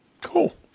Cool